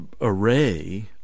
array